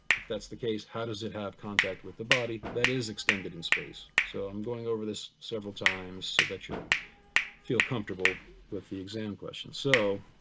if that's the case, how does it have contact with the body that is extended in space? so i'm going over this several times so that you'll feel comfortable with the exam questions. so,